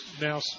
now